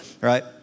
right